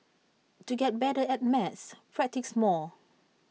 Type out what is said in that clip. to get better at maths practise more